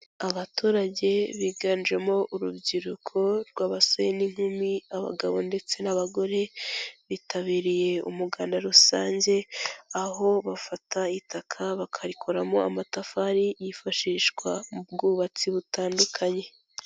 Abaturage biganjemo urubyiruko rw'abasore n'inkumi, abagabo ndetse n'abagore bitabiriye umuganda rusange, aho bafata itaka bakarikoramo amatafari yifashishwa mu bwubatsi butandukanye.